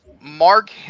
Mark